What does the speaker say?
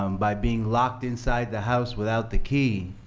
um by being locked inside the house without the key.